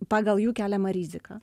pagal jų keliamą riziką